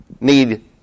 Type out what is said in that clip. need